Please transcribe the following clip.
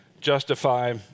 justify